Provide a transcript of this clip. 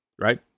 Right